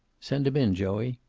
send him in, joey.